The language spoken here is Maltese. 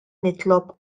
nitlob